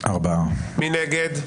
מי נגד?